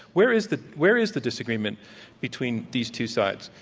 where is the where is the disagreement between these two sides?